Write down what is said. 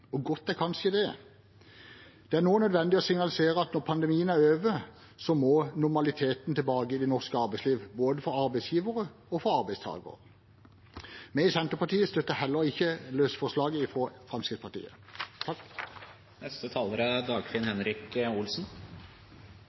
og godt er kanskje det. Det er nå nødvendig å signalisere at når pandemien er over, må normaliteten tilbake i det norske arbeidslivet, både for arbeidsgivere og for arbeidstakere. Vi i Senterpartiet støtter heller ikke det løse forslaget fra Fremskrittspartiet. Øyeblikksbildet for tiden er